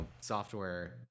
software